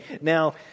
Now